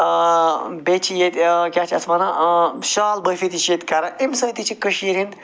بیٚیہِ چھِ ییٚتہِ کیٛاہ چھِ یَتھ وَنان شال بٲفی تہِ چھِ ییٚتہِ کران أمۍ سۭتۍ تہِ چھِ کٔشیٖرِ ۂنٛدۍ